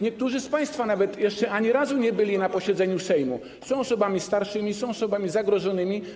Niektórzy z państwa nawet jeszcze ani razu nie byli na posiedzeniu Sejmu, są osobami starszymi, są osobami zagrożonymi.